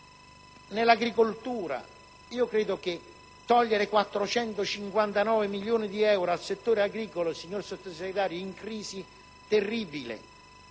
nell'agricoltura. Si tolgono 459 milioni di euro al settore agricolo, signor Sottosegretario, in crisi terribile